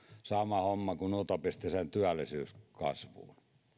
samaten utopistiseen työllisyyskasvuun